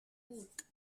buck